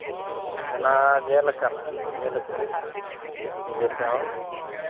ᱚᱱᱟ ᱧᱮᱞ ᱟᱠᱟᱱᱟ ᱧᱮᱞ ᱠᱟᱜ ᱟᱹᱧ ᱤᱧ ᱱᱤᱡᱮ ᱛᱮᱦᱚᱸ